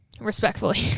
respectfully